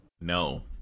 No